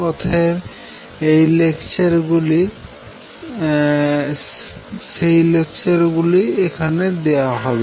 অতএব সেই লেকচার গুলি দেওয়া হবে